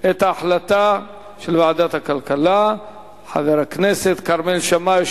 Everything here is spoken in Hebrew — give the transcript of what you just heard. את ההחלטה של ועדת הכלכלה חבר הכנסת כרמל שאמה-הכהן,